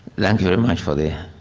thank you very much for the